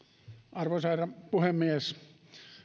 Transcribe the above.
arvoisa herra puhemies